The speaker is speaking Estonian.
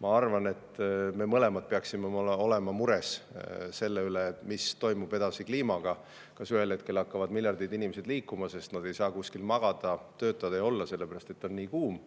Ma arvan, et me mõlemad peaksime olema mures selle pärast, mis toimub kliimaga. Kas ühel hetkel hakkavad miljardid inimesed liikuma, sest nad ei saa [enam oma kodumaal] kuskil magada, töötada ega olla, sellepärast et on nii kuum?